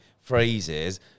phrases